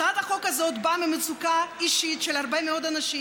הצעת החוק הזאת באה ממצוקה אישית של הרבה מאוד אנשים